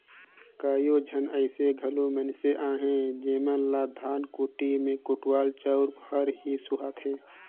कइयो झन अइसे घलो मइनसे अहें जेमन ल धनकुट्टी में कुटाल चाँउर हर ही सुहाथे